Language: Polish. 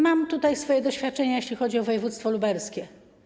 Mam swoje doświadczenia, jeśli chodzi o województwo lubelskie.